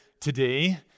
today